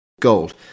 gold